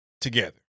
Together